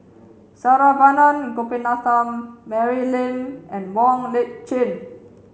Saravanan Gopinathan Mary Lim and Wong Lip Chin